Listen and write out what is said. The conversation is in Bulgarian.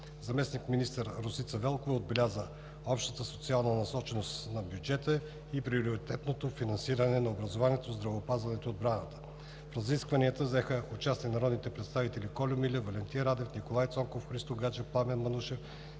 Заместник-министър Росица Велкова отбеляза общата социална насоченост на бюджета и приоритетното финансиране на образованието, здравеопазването и отбраната. В разискванията взеха участие народните представители Кольо Милев, Валентин Радев, Николай Цонков, Христо Гаджев, Пламен Манушев,